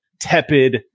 tepid